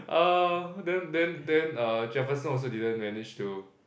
uh then then then err Jefferson also didn't managed to